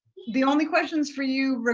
the only questions for you